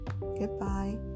Goodbye